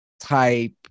type